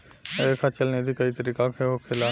लेखा चल निधी कई तरीका के होखेला